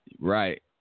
Right